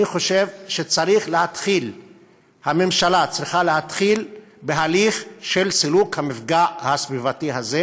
אני חושב שהממשלה צריכה להתחיל בהליך של סילוק המפגע הסביבתי הזה,